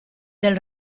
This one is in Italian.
del